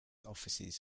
offices